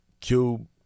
Cube